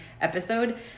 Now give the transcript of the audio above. episode